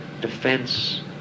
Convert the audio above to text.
defense